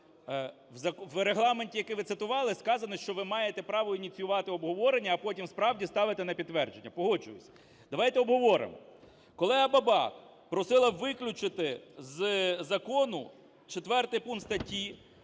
в Регламенті, яке ви цитували, сказано, що ви маєте право ініціювати обговорення, а потім справді ставити на підтвердження. Погоджуюсь. Давайте обговоримо. Колега Бабак просила виключити з закону 4 пункт статті